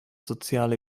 soziale